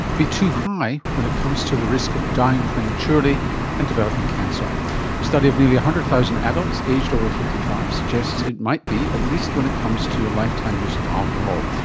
be too high when it comes to the risk of dying prematurely and developing cancer? a study of nearly one hundred thousand adults aged over fifty five suggests it might be, at least when it comes to your lifetime use of alcohol.